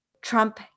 Trump